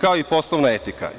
kao i poslovna etika.